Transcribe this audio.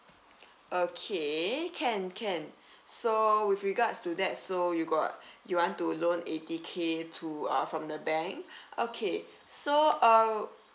okay can can so with regards to that so you got you want to loan eighty K to uh from the bank okay so uh